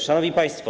Szanowni Państwo!